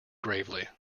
gravely